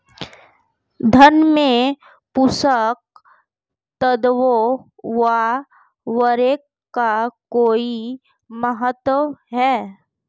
धान में पोषक तत्वों व उर्वरक का कोई महत्व है?